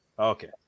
okay